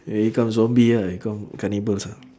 I become zombie ah you become cannibals ah